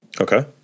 Okay